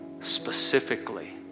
specifically